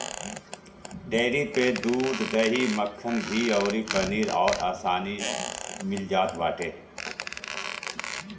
dairy पे दूध, दही, मक्खन, घीव अउरी पनीर अब आसानी में मिल जात बाटे